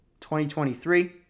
2023